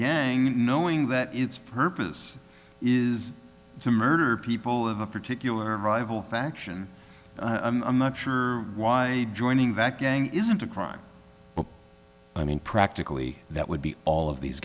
gang knowing that its purpose is to murder people of a particular rival faction i'm not sure why joining that gang isn't a crime but i mean practically that would be all of these